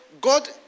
God